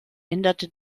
änderte